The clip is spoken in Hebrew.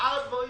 שאר הדברים